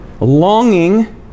Longing